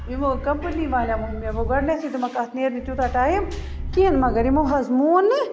یِموکمپٔنی والو ووٚن مےٚ وَ گۄڈٕنٮ۪تھٕے دۄپُکھ اَتھ نٮ۪رنہٕ تیوٗتاہ ٹایم کِہیٖنۍ مگر یِمو حظ مون نہٕ